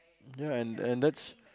ya and and that's